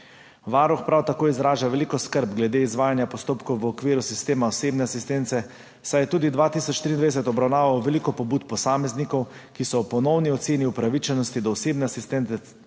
Varuh prav tako izraža veliko skrb glede izvajanja postopkov v okviru sistema osebne asistence, saj je tudi 2023 obravnaval veliko pobud posameznikov, ki so ob ponovni oceni upravičenosti do osebne asistence,